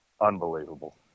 unbelievable